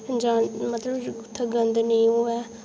जान मतलब उत्थै गंद नेईं होऐ